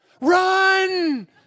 Run